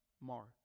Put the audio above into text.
Mark